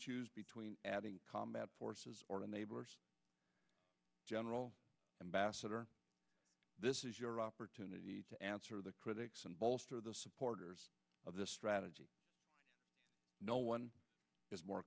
choose between adding combat forces or the neighbors general embassador this is your opportunity to answer the critics and bolster the supporters of this strategy no one is more